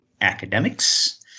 academics